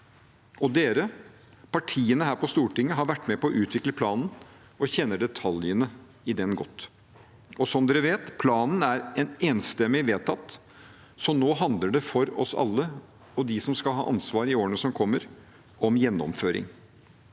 Partiene her på Stortinget har vært med på å utvikle planen og kjenner detaljene i den godt. Som dere vet: Planen er enstemmig vedtatt, så nå handler det for oss alle og de som skal ha ansvaret i årene som kommer, om gjennomføring.